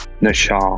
Nasha